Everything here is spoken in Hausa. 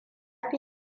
fi